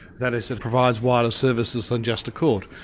that is, it provides wider services than just a court,